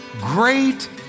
great